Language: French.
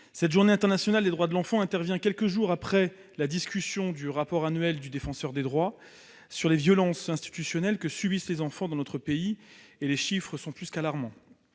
Cette Journée internationale des droits de l'enfant intervient quelques jours après la discussion du rapport annuel du Défenseur des droits sur les violences institutionnelles que subissent les enfants dans notre pays. Les chiffres sont plus qu'alarmants